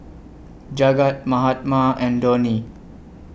Jagat Mahatma and Dhoni